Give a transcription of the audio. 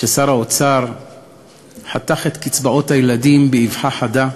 כששר האוצר חתך את קצבאות הילדים באבחה חדה,